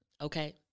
okay